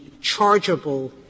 chargeable